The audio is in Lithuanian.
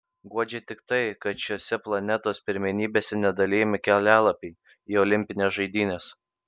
guodžia tik tai kad šiose planetos pirmenybėse nedalijami kelialapiai į olimpines žaidynes